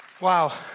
Wow